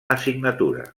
assignatura